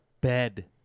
bed